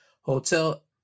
hotel